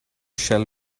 shell